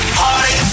party